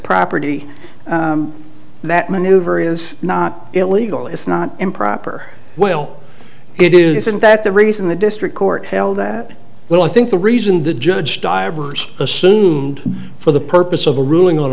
property that maneuver is not illegal it's not improper well it isn't that the reason the district court held that well i think the reason the judge diver's assumed for the purpose of a ruling on